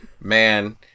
Man